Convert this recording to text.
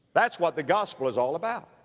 that's what the gospel is all about.